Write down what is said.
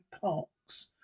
parks